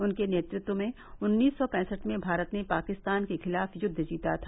उनके नेतृत्व में उन्नीस सौ पैंसठ में भारत ने पाकिस्तान के खिलाफ युद्व जीता था